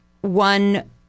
one